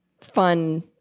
fun